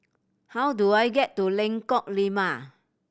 how do I get to Lengkok Lima